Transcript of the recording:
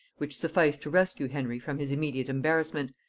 which sufficed to rescue henry from his immediate embarrassment,